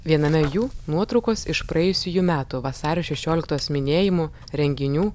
viename jų nuotraukos iš praėjusiųjų metų vasario šešioliktos minėjimo renginių